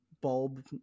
bulb